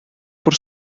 por